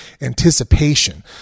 anticipation